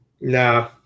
Nah